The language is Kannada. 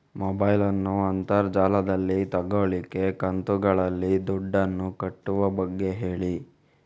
ಮೊಬೈಲ್ ನ್ನು ಅಂತರ್ ಜಾಲದಲ್ಲಿ ತೆಗೋಲಿಕ್ಕೆ ಕಂತುಗಳಲ್ಲಿ ದುಡ್ಡನ್ನು ಕಟ್ಟುವ ಬಗ್ಗೆ ಹೇಳಿ